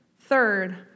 Third